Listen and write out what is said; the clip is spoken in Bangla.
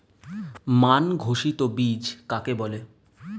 মান ঘোষিত বীজ কাকে বলে?